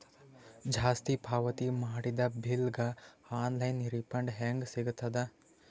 ಜಾಸ್ತಿ ಪಾವತಿ ಮಾಡಿದ ಬಿಲ್ ಗ ಆನ್ ಲೈನ್ ರಿಫಂಡ ಹೇಂಗ ಸಿಗತದ?